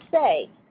say